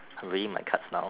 I'm reading my cards now